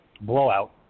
Blowout